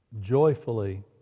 joyfully